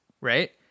right